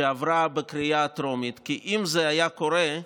שעברה בקריאה הטרומית, כי אם זה היה קורה,